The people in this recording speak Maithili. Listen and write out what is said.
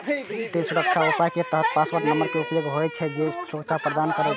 तें सुरक्षा उपाय के तहत पासवर्ड नंबर के उपयोग होइ छै, जे सुरक्षा प्रदान करै छै